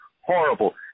horrible